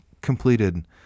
completed